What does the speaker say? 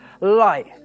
light